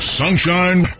sunshine